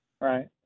right